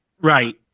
Right